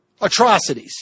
atrocities